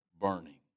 burning